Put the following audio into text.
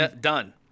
done